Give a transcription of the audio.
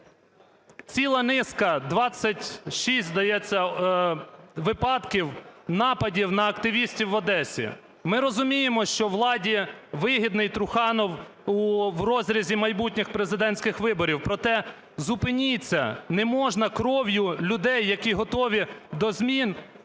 Ціла низка, 26, здається, випадків нападів на активістів в Одесі. Ми розуміємо, що владі вигідний Труханов в розрізі майбутніх президентських виборів, проте зупиніться, не можна кров'ю людей, які готові до змін,